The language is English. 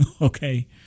Okay